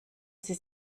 sie